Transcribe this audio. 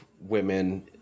women